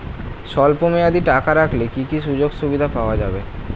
স্বল্পমেয়াদী টাকা রাখলে কি কি সুযোগ সুবিধা পাওয়া যাবে?